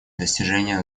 достижения